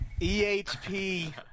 EHP